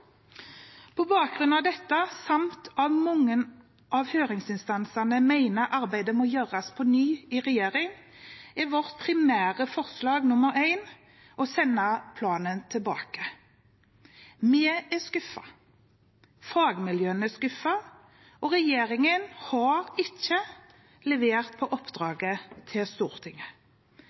På bakgrunn av dette, samt at mange av høringsinstansene mener arbeidet må gjøres på nytt i regjeringen, er vårt primære forslag, forslag nr. 1, å sende planen tilbake. Vi er skuffet. Fagmiljøene er skuffet. Regjeringen har ikke levert på oppdraget fra Stortinget.